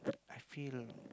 I feel